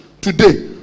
today